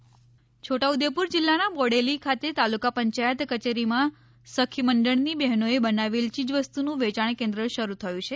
છોટા ઉદેપુર સખી મંડળ છોટા ઉદેપુર જિલ્લાના બોડેલી ખાતે તાલુકા પંચાયત કચેરીમાં સખી મંડળની બહેનોએ બનાવેલ ચીજવસ્તુનું વેચાણ કેન્દ્ર શરૂ થયું છે